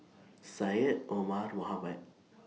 Syed Omar Mohamed